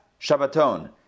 Shabbaton